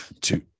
Two